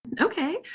Okay